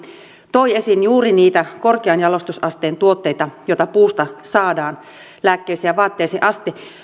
toi esiin juuri niitä korkean jalostusasteen tuotteita joita puusta saadaan lääkkeisiin ja vaatteisiin asti